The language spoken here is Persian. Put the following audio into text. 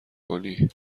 کنی